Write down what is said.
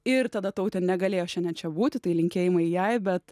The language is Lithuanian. ir tada tautė negalėjo šiandien čia būti tai linkėjimai jai bet